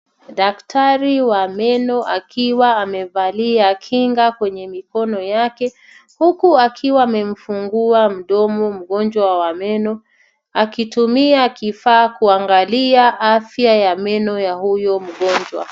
Daktari wa meno akiwa amevalia kinga kwenye mikono yake, huku akiwa amemfungua mdomo mgonjwa wa meno akitumia kifaa kuangalia afya ya meno ya huyo mgonjwa.